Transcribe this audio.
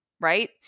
right